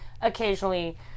occasionally